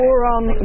Oron